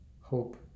Hope